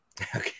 Okay